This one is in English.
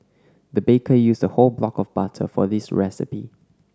the baker used a whole block of butter for this recipe